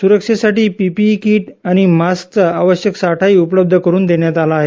सुरक्षेसाठी PPE kit आणि मास्कचा आवश्यकसाठाही उपलब्ध करून देण्यात आला आहे